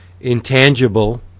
intangible